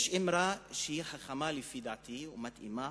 יש אמרה, שהיא חכמה לפי דעתי ומתאימה,